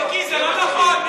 מיקי, זה לא נכון.